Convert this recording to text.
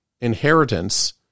inheritance